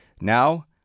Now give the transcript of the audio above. Now